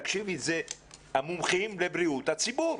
תקשיבי, אלה המומחים לבריאות הציבור.